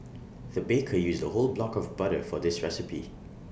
the baker used A whole block of butter for this recipe